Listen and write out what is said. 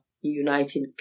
United